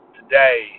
Today